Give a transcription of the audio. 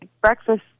breakfast